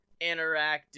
Interactive